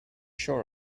sure